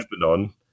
Lebanon